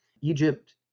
Egypt